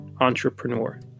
entrepreneur